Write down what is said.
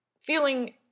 Feeling